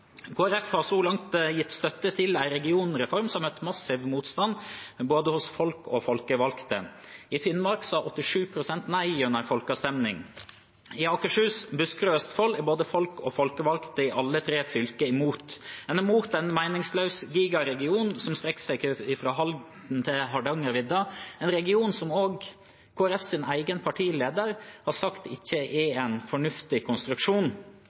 Folkeparti har så langt gitt støtte til en regionreform som har møtt massiv motstand både hos folk og hos folkevalgte. I Finnmark sa 87 pst. nei gjennom en folkeavstemning. I Akershus, Buskerud og Østfold er både folk og folkevalgte i alle tre fylkene imot. En er imot en meningsløs gigaregion som strekker seg fra Halden til Hardangervidda, en region som også Kristelig Folkepartis egen partileder har sagt ikke er en fornuftig konstruksjon.